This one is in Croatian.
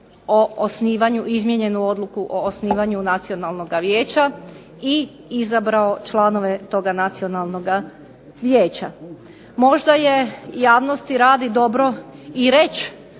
izmijenjenu odluku o osnivanju Nacionalnoga vijeća i izabrao članove toga Nacionalnoga vijeća. Možda je javnosti radi dobro i reći